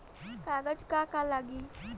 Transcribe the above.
कागज का का लागी?